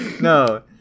No